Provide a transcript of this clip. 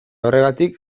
horregatik